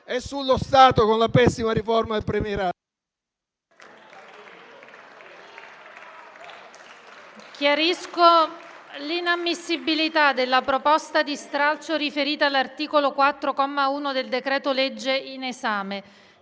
e sullo Stato con la pessima riforma del premierato.